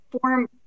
form